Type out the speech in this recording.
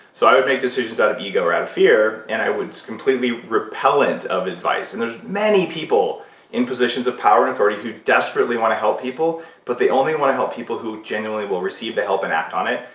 so i would make decisions out of ego or out of fear, and i would just completely repellent of advice. and there's many people in positions of power and authority who desperately want to help people, but they only want to help people who genuinely will receive the help and act on it,